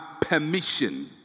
permission